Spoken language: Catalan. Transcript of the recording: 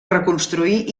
reconstruir